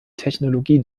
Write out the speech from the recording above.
technologie